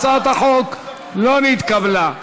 הצעת החוק לא התקבלה.